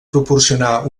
proporcionar